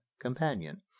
companion